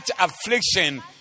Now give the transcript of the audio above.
affliction